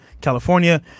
California